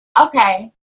Okay